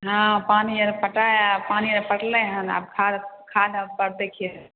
हँ पानी आओर पटाइ पानी आओर पटलै हँ आब खाद खाद आओर पड़तै खेतमे